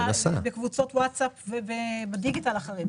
ובקבוצות וואטסאפ ובדיגיטל החרדי.